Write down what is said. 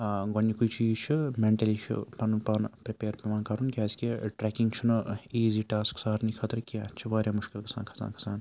گۄڈنِکُے چیٖز چھُ مٮ۪نٹٔلی چھُ پَنُن پانہٕ پرٛٮ۪پیَر پٮ۪وان کَرُن کیٛازِکہِ ٹرٛٮ۪کِنٛگ چھُنہٕ ایٖزی ٹاسٕک سارنی ہِنٛدِ خٲطرٕ کینٛہہ اَتہِ چھِ واریاہ مُشکل گژھان کھَسان کھَسان